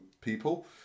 people